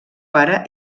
pare